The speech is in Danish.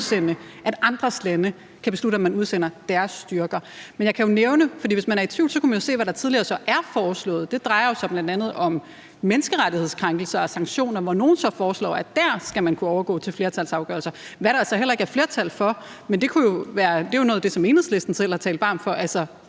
at andres lande kan beslutte, om man udsender deres styrker. Men hvis man er i tvivl, kunne man jo så se på, hvad der tidligere er foreslået, og det drejer sig jo bl.a. om menneskerettighedskrænkelser og sanktioner, hvor nogle så foreslår, at man dér skal kunne overgå til flertalsafgørelser, hvad der jo så heller ikke er flertal for. Men det er jo noget af det, som Enhedslisten selv har talt varmt for,